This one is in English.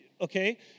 okay